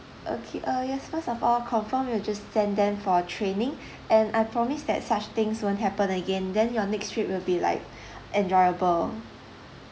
okay uh yes first of all confirm we'll just send them for training and I promise that such things won't happen again then your next trip will be like enjoyable